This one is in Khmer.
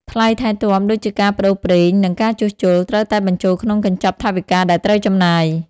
ថ្លៃថែទាំដូចជាការប្តូរប្រេង និងការជួសជុល ត្រូវតែបញ្ចូលក្នុងកញ្ចប់ថវិកាដែលត្រូវចំណាយ។